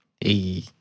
Hey